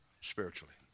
spiritually